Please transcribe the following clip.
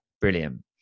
Brilliant